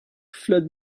fled